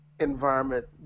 Environment